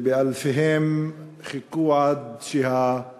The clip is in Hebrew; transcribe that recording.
שבאלפיהם חיכו עד שהגיעו